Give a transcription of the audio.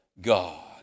God